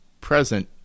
present